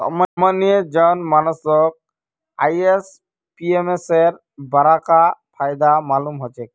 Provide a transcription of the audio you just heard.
सामान्य जन मानसक आईएमपीएसेर बडका फायदा मालूम ह छेक